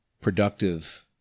productive